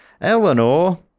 eleanor